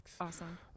Awesome